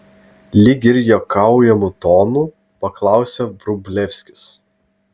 lyg ir juokaujamu tonu paklausė vrublevskis